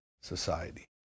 society